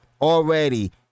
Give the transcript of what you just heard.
already